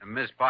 Miss